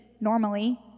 normally